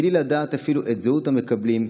בלי לדעת אפילו את זהות המקבלים,